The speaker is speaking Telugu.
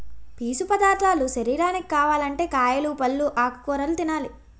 పీసు పదార్ధాలు శరీరానికి కావాలంటే కాయలు, పల్లు, ఆకుకూరలు తినాలి